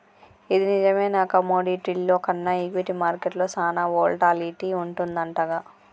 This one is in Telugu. ఇది నిజమేనా కమోడిటీల్లో కన్నా ఈక్విటీ మార్కెట్లో సాన వోల్టాలిటీ వుంటదంటగా